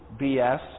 BS